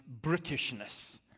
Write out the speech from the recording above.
Britishness